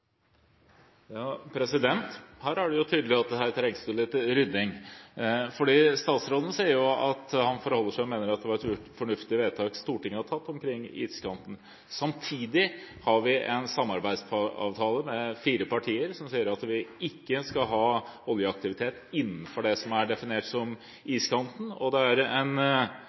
det tydelig at det trengs litt rydding, fordi statsråden sier at han forholder seg til og mener at det var et fornuftig vedtak Stortinget hadde tatt om iskanten. Samtidig har vi en samarbeidsavtale der vi er fire partier som sier at vi ikke skal ha oljeaktivitet innenfor det som er definert som iskanten. Det er tydelig en